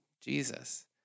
Jesus